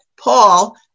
Paul